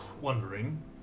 Wondering